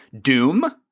Doom